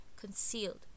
concealed